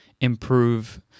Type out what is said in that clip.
improve